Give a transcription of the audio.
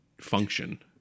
function